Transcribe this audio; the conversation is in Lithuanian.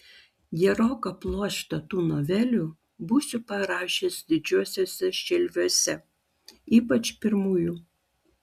geroką pluoštą tų novelių būsiu parašęs didžiuosiuos šelviuose ypač pirmųjų